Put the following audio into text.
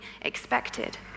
expected